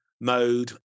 mode